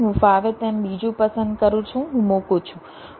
હું ફાવે તેમ બીજું પસંદ કરું છું હું મૂકું છું